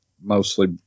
mostly